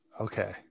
Okay